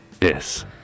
Yes